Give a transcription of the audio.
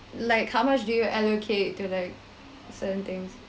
like how much do you allocate to like certain things